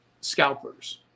scalpers